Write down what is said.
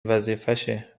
وظیفشه